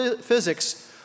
physics